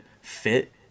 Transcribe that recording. fit